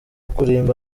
kurimba